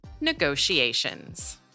negotiations